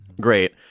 Great